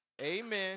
Amen